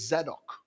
Zadok